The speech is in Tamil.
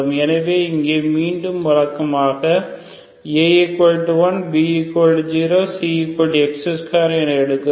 எனவே இங்கே மீண்டும் வழக்கமாக A1 B0 Cx2 என எடுக்கிறோம்